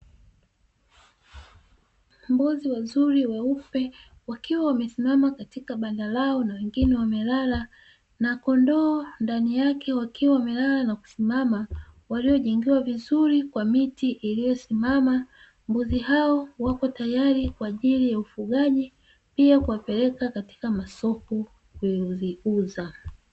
Mbuzi wazuri weupe wakiwa wamesimama katika banda lao na wengine wamelala na kondoo ndani yake wakiwa wamelala na kusimama waliojengewa vizuri kwa miti iliyosimama, mbuzi hao wako tayari kwa ajili ya ufugaji pia kuwapeleka katika masoko ulioziuza.